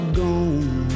gone